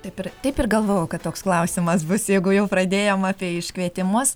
taip ir taip ir galvojau kad toks klausimas bus jeigu jau pradėjom apie iškvietimus